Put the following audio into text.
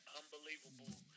unbelievable